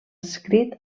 adscrit